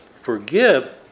Forgive